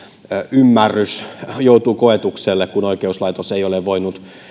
ymmärrys joutuu koetukselle kun oikeuslaitos ei ole voinut